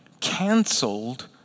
canceled